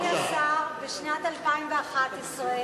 אדוני השר, בשנת 2011,